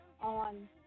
on